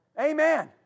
Amen